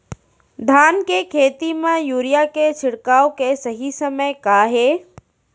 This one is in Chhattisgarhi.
धान के खेती मा यूरिया के छिड़काओ के सही समय का हे?